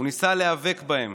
הוא ניסה להיאבק בהם